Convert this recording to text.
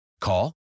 Call